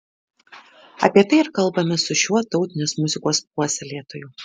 apie tai ir kalbamės su šiuo tautinės muzikos puoselėtoju